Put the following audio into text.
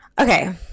Okay